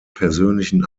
persönlichen